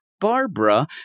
Barbara